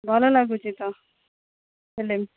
ଭଲ ଲାଗୁଛିତ ହେଲେ